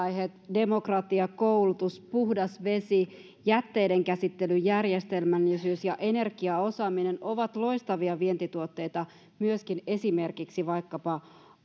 demokratia koulutus puhdas vesi jätteiden käsittelyn järjestelmällisyys ja energiaosaaminen ovat loistavia vientituotteita myöskin esimerkiksi vaikkapa